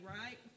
right